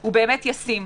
הוא באמת ישים.